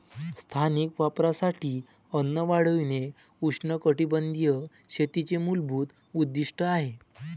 स्थानिक वापरासाठी अन्न वाढविणे उष्णकटिबंधीय शेतीचे मूलभूत उद्दीष्ट आहे